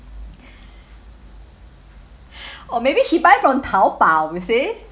or maybe she buy from taobao you see